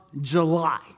July